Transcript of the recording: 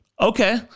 Okay